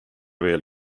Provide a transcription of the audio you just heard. veel